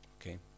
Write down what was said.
Okay